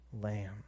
Lamb